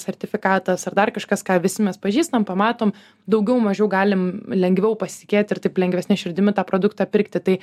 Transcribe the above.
sertifikatas ar dar kažkas ką visi mes pažįstam pamatom daugiau mažiau galim lengviau pasitikėti ir taip lengvesne širdimi tą produktą pirkti tai